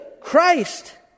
Christ